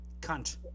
cunt